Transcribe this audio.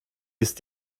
ist